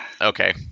Okay